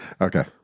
Okay